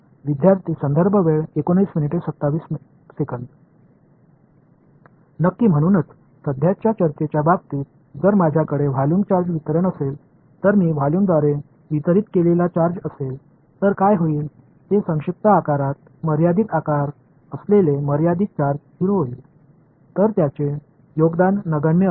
विद्यार्थीः विद्यार्थीः नक्की म्हणूनच सध्याच्या चर्चेच्या बाबतीत जर माझ्याकडे व्हॉल्यूम चार्ज वितरण असेल तर मी व्होल्यूमद्वारे वितरित केलेला चार्ज असेल तर काय होईल ते संक्षिप्त आकारात मर्यादित आकार असलेले मर्यादित चार्ज 0 होईल तर त्याचे योगदान नगण्य असेल